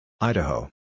Idaho